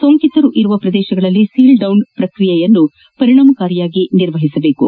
ಸೋಂಕಿತರು ಇರುವ ಪ್ರದೇಶಗಳಲ್ಲಿ ಸೀಲ್ಡೌನ್ ಪ್ರಕ್ರಿಯೆಯನ್ನು ಪರಿಣಾಮಕಾರಿಯಾಗಿ ಮಾಡಬೇಕು